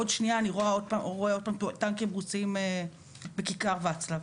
עוד שנייה אני רואה עוד פעם טנקים רוסים בכיכר ואצלב.